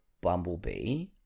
Bumblebee